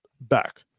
back